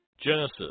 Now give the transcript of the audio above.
Genesis